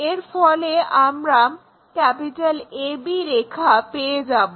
এর ফলে আমরা AB রেখা পেয়ে যাব